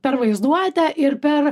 per vaizduotę ir per